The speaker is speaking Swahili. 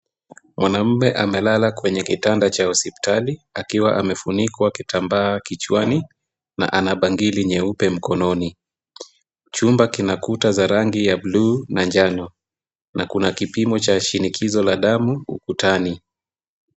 Wanaume amelala kwenye kitanda cha hospitali, akiwa amefunikwa kitambaa kichwani na ana bangili nyeupe mkononi. Chumba kina kuta za rangi ya bluu na njano na kuna kipimo cha shinikizo la damu ukutani.